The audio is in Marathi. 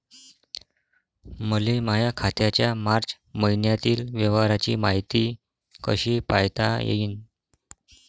मले माया खात्याच्या मार्च मईन्यातील व्यवहाराची मायती कशी पायता येईन?